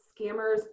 Scammers